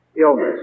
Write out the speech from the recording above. illness